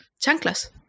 chanclas